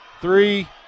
Three